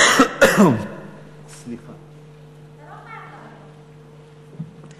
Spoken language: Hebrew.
אתה לא חייב לענות.